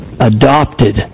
adopted